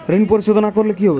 ঋণ পরিশোধ না করলে কি হবে?